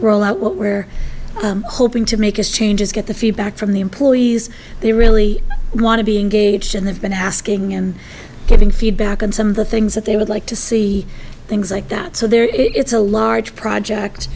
roll out what we're hoping to make is changes get the feedback from the employees they really want to be engaged and they've been asking and giving feedback on some of the things that they would like to see things like that so there is a large project